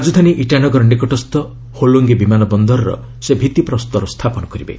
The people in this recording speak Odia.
ରାଜଧାନୀ ଇଟାନଗର ନିକଟସ୍ଥ ହୋଲୋଙ୍ଗି ବିମାନ ବନ୍ଦରର ସେ ଭିଭିପ୍ରସ୍ତର ସ୍ଥାପନ କରିବେ